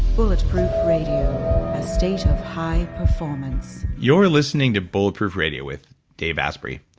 bulletproof radio. a state of high performance you're listening to bulletproof radio with dave asprey.